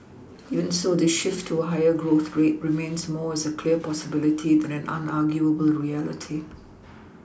even so this shift to a higher growth rate remains more as a clear possibility than an unarguable reality